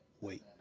wait